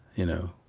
you know,